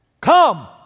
come